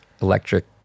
electric